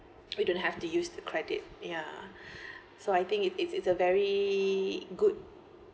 we don't have to use the credit ya so I think it's it's it's a very good